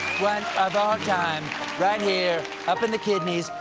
of all right here. up in the kidneys.